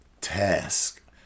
Task